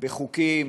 בחוקים